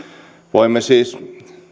voimme siis